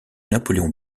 napoléon